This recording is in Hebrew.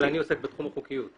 אבל אני עוסק בתחום החוקיות.